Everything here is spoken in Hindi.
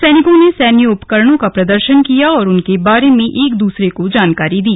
सैनिकों ने सैन्य उपकरणों का प्रदर्शन किया और उनके बारे में एक दूसरे को जानकारी दी